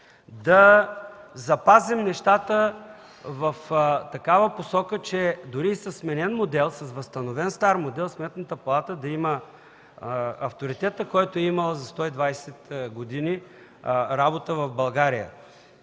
да запазим нещата в такава посока, че дори със сменен модел, с възстановен стар модел Сметната палата да има авторитета, който е имала за 120 години работа в България.